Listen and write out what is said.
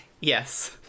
Yes